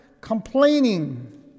complaining